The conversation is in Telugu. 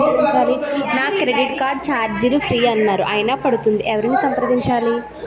నా క్రెడిట్ కార్డ్ ఛార్జీలు ఫ్రీ అన్నారు అయినా పడుతుంది ఎవరిని సంప్రదించాలి?